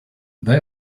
they